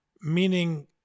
meaning